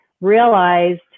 realized